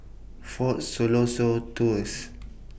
Fort Siloso Tours